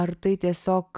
ar tai tiesiog